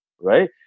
right